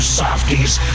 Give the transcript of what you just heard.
softies